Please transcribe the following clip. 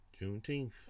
Juneteenth